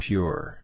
Pure